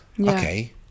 Okay